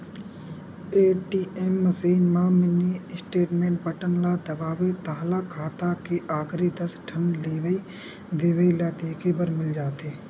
ATM machine म mini statement button ल दबाबे ताहाँले खाता के आखरी दस ठन लेवइ देवइ ल देखे बर मिल जाथे